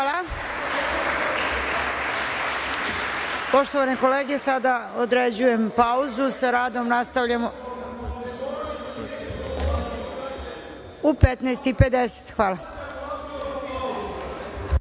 Hvala. Poštovane kolege, sada određujem pauzu. Sa radom nastavljamo u 15.50 časova.